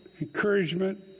encouragement